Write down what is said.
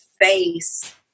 face